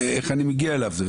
איך אני מגיע אליו?